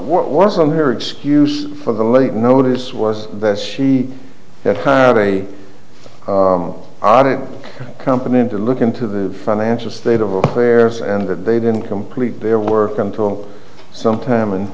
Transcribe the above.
what was on her excuse for the late notice was that she had a audit company to look into the financial state of affairs and they didn't complete their work until sometime in